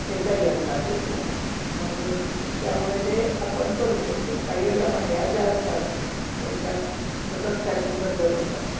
ह्याचाही अंदाज येतो मग त्यामुळे ते आपण करू शकतो काही वेळेला बाह्या ज्या असतात त्यांच्या सतत फॅशन बदलत असतात